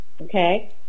Okay